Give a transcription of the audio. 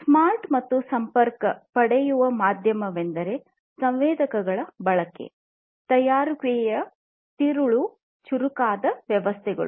smart ಮತ್ತು ಸಂಪರ್ಕ ಪಡೆಯುವ ಮಾಧ್ಯಮವೆಂದರೆ ಸಂವೇದಕಗಳ ಬಳಕೆ ತಯಾರಿಕೆಯ ತಿರುಳು ಚುರುಕಾದ ವ್ಯವಸ್ಥೆಗಳು